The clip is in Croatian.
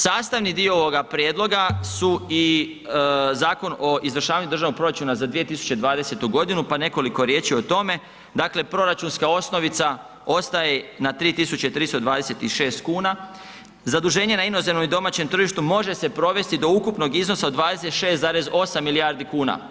Sastavni dio ovoga prijedloga su i Zakon o izvršavanju državnog proračuna za 2020. g. pa nekoliko riječi o tome, dakle, proračunska osnovica ostaje na 3326 kn, zaduženje na inozemnom i domaćem tržištu može se provesti do ukupnog iznosa od 26,8 milijardi kuna.